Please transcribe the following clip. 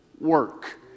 work